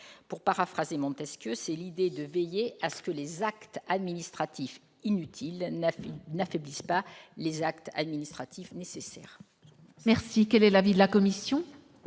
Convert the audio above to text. Pour paraphraser Montesquieu, prenons garde que les actes administratifs inutiles n'affaiblissent les actes administratifs nécessaires ... Quel est l'avis de la commission ?